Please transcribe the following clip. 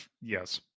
Yes